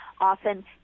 often